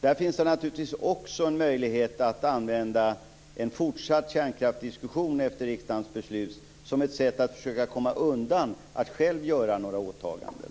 Där finns det naturligtvis också en möjlighet att använda en fortsatt kärnkraftsdiskussion efter riksdagens beslut som ett sätt att försöka komma undan att själv göra några åtaganden.